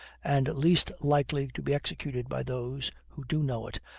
and least likely to be executed by those who do know it,